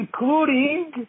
including